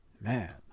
man